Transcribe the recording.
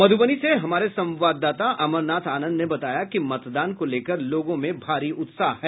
मध्रबनी से हमारे संवाददाता अमर नाथ आनंद ने बताया कि मतदान को लेकर लोगों में भारी उत्साह है